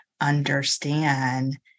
understand